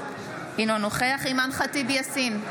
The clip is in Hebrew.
אינו נוכח אימאן ח'טיב יאסין,